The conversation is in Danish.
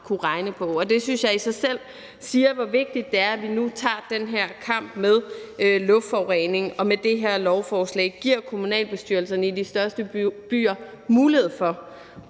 kunnet regne på. Det synes jeg i selv viser, hvor vigtigt det er, at vi nu tager den her kamp med luftforurening og med det her lovforslag giver kommunalbestyrelserne i de største byer mulighed for